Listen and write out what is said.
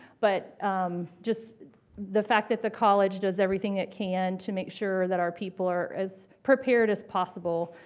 but just the fact that the college does everything it can to make sure that our people are as prepared as possible